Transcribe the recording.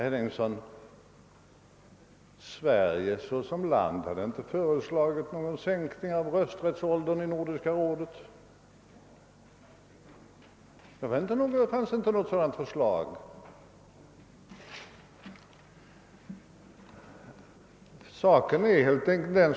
Jag vill säga till herr Henningsson att Sverige såsom land inte i Nordiska rådet har föreslagit någon sänkning av rösträttsåldern.